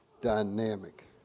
Dynamic